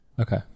Okay